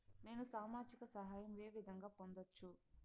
నేను సామాజిక సహాయం వే విధంగా పొందొచ్చు?